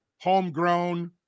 homegrown